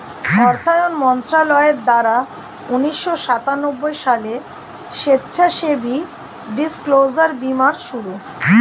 অর্থায়ন মন্ত্রণালয়ের দ্বারা উন্নিশো সাতানব্বই সালে স্বেচ্ছাসেবী ডিসক্লোজার বীমার শুরু